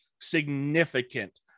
significant